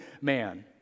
man